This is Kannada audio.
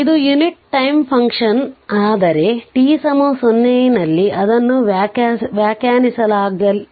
ಆದ್ದರಿಂದ ಇದು ಯುನಿಟ್ ಟೈಮ್ ಫಂಕ್ಷನ್ ಆದರೆ t 0 ನಲ್ಲಿ ಅದನ್ನು ವ್ಯಾಖ್ಯಾನಿಸಲಾಗಿಲ್ಲ